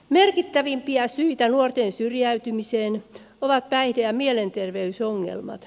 merkittävimpiä syitä nuorten syrjäytymiseen ovat päihde ja mielenterveysongelmat